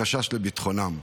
מחשש לביטחונם.